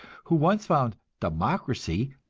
who once found democracy,